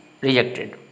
rejected